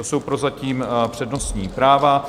To jsou prozatím přednostní práva.